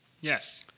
Yes